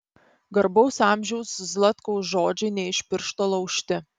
garbaus amžiaus zlatkaus žodžiai ne iš piršto laužti